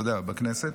בכנסת.